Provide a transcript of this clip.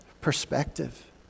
perspective